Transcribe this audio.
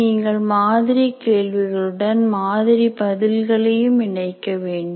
நீங்கள் மாதிரி கேள்விகளுடன் மாதிரி பதில்களையும் இணைக்கவேண்டும்